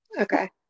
Okay